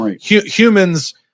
humans